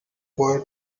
boy